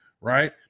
right